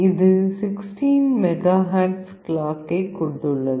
இது 16 megahertz கிளாக்கைக் கொண்டுள்ளது